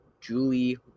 Julie